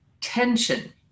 tension